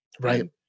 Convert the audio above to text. right